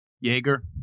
Jaeger